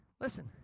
Listen